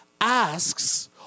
asks